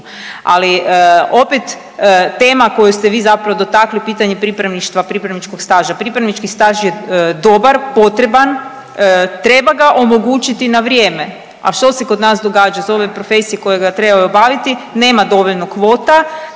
Ali opet tema koju ste vi zapravo dotaknuli pitanje pripravništva, pripravničkog staža. Pripravnički staž je dobar, potreban, treba ga omogućiti na vrijeme. A što se kod nas događa za ove profesije koje ga trebaju obaviti? Nema dovoljno kvota.